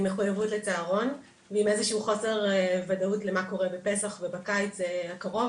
עם מחויבות לצהרון ועם איזשהו חוסר וודאות למה קורה בפסח ובקיץ הקרוב,